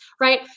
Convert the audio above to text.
right